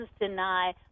deny